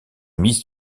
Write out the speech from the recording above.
mise